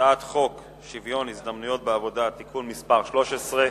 הצעת חוק שוויון ההזדמנויות בעבודה (תיקון מס' 13),